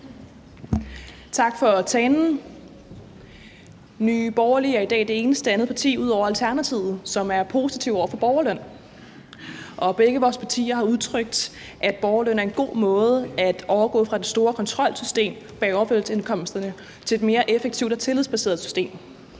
Tak for talen. Nye Borgerlige er i dag det eneste andet parti ud over Alternativet, som er positive over for borgerløn, og begge vores partier har udtrykt, at borgerløn er en god måde at overgå fra det store kontrolsystem bag overførselsindkomsterne til et mere effektivt og tillidsbaseret system